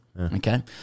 okay